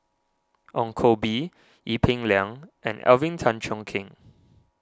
Ong Koh Bee Ee Peng Liang and Alvin Tan Cheong Kheng